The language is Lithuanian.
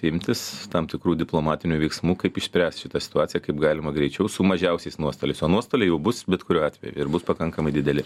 imtis tam tikrų diplomatinių veiksmų kaip išspręst šitą situaciją kaip galima greičiau su mažiausiais nuostoliais o nuostoliai jau bus bet kuriuo atveju bus pakankamai dideli